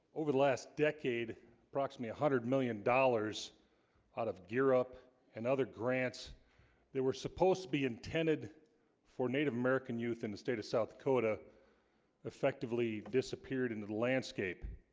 over the last decade approximately a hundred million dollars out of gear up and other grants that were supposed to be intended for native american youth in the state of south dakota effectively disappeared into the landscape